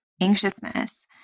anxiousness